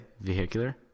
Vehicular